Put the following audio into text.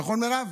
נכון, מירב?